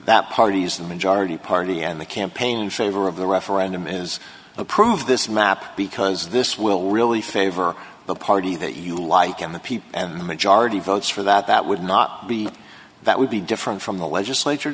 that party is the majority party and the campaign shaver of the referendum is approved this map because this will really favor the party that you like and the people majority votes for that that would not be that would be different from the legislature